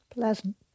Pleasant